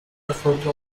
erfolgte